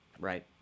Right